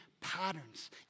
patterns